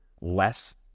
less